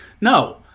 No